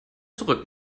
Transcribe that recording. zurück